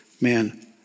man